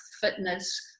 fitness